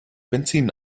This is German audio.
benzin